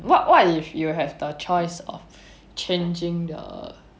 what what if you will have the choice of changing the